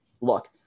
look